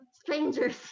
strangers